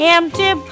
Empty